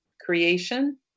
creation